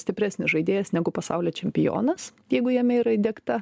stipresnis žaidėjas negu pasaulio čempionas jeigu jame yra įdiegta